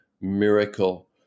miracle